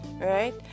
right